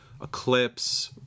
eclipse